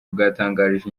bwatangarije